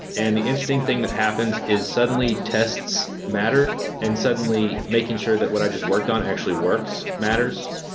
and the interesting thing that happens is, suddenly, tests matter, and suddenly making sure that what i just worked on actually works matters.